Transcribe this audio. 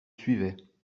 suivait